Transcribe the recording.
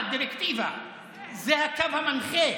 ולכן גם כשהוא רוצח,